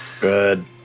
Good